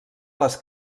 les